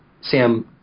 Sam